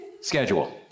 Schedule